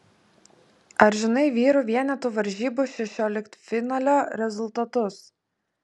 ar žinai vyrų vienetų varžybų šešioliktfinalio rezultatus